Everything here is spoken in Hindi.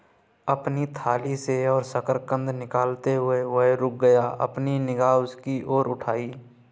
अपनी थाली से और शकरकंद निकालते हुए, वह रुक गया, अपनी निगाह उसकी ओर उठाई